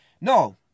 No